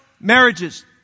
marriages